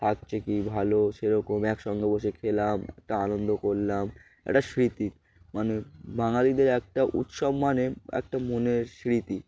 থাকছে কি ভালো সেরকম একসঙ্গে বসে খেলাম একটা আনন্দ করলাম একটা স্মৃতি মানে বাঙালিদের একটা উৎসব মানে একটা মনের স্মৃতি